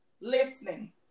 listening